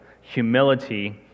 humility